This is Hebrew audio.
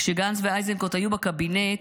כשגנץ ואיזנקוט היו בקבינט,